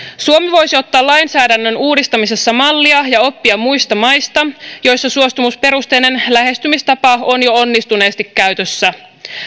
suomi voisi ottaa lainsäädännön uudistamisessa mallia ja oppia muista maista joissa suostumusperusteinen lähestymistapa on jo onnistuneesti käytössä